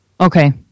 Okay